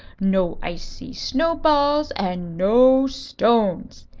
no icy snowballs and no stones.